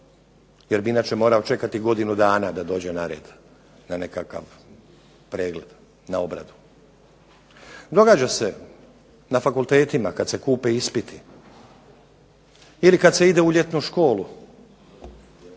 jer bi inače morao čekati godinu dana da dođe na red na nekakav pregled, na obradu. Događa se na fakultetima kad se kupe ispiti ili kad se ide u ljetnu školu